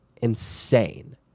insane